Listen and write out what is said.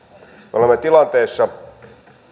olemme tilanteessa